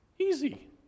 Easy